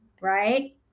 right